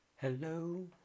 Hello